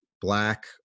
black